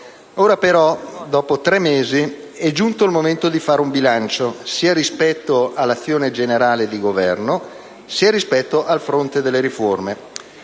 Ora però, dopo tre mesi, è giunto il momento di fare un bilancio, sia rispetto all'azione generale di governo, sia rispetto al fronte delle riforme.